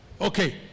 Okay